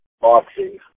boxing